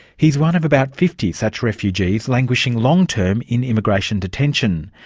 he's one of about fifty such refugees languishing long-term in immigration detention,